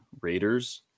Raiders